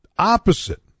opposite